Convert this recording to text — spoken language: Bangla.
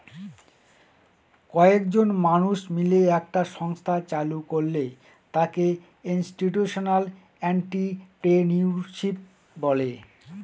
কয়েকজন মানুষ মিলে একটা সংস্থা চালু করলে তাকে ইনস্টিটিউশনাল এন্ট্রিপ্রেনিউরশিপ বলে